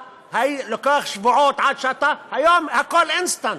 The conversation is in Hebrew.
לקח שבועות עד שאתה, היום הכול אינסטנט,